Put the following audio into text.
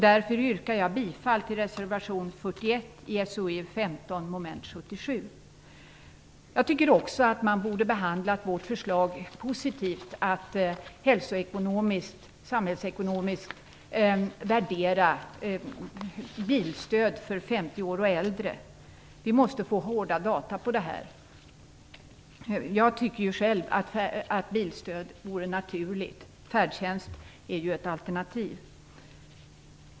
Därför yrkar jag bifall till reservation 41 i betänkande SoU15, mom. 77. Jag tycker också att vårt förslag borde behandlas positivt - att hälsoekonomiskt, samhällsekonomiskt, värdera bilstöd för dem som är 50 år och äldre. Vi måste få hårda data här. Själv tycker jag att bilstöd vore naturligt. Färdtjänst är ju ett alternativ.